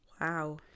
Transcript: Wow